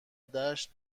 دشت